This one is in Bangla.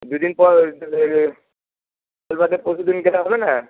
দুদিন পর ডেলিভারি কাল বাদে পরশু দিন গেলে হবে না